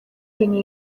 ibintu